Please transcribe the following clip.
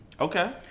Okay